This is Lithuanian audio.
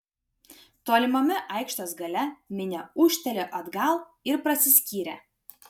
tolimame aikštės gale minia ūžtelėjo atgal ir prasiskyrė